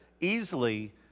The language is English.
easily